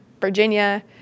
Virginia